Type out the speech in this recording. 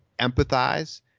empathize